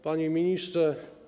Panie Ministrze!